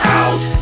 out